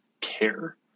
care